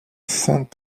sainte